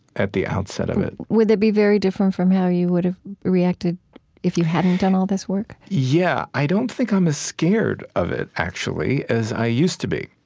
at the outset of it would that be very different from how you would've reacted if you hadn't done all this work? yeah. i don't think i'm as scared of it, actually, as i used to be.